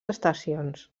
estacions